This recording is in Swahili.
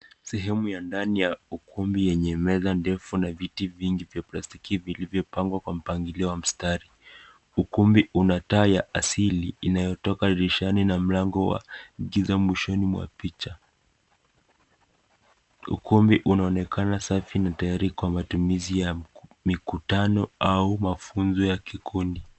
Sehemu ya ndani ya ukumbi yenye meza ndefu na viti vingi vya plastiki vilivyopangwa kwa mpangilio wa mstari. Ukumbi una taa ya asili inayotoka dirishani na mlango wa giza mwishoni mwa picha. Ukumbi unaonekana safi na tayari kwa matumizi ya mikutano au mafunzo ya kikundi.